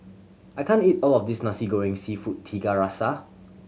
I can't eat all of this Nasi Goreng Seafood Tiga Rasa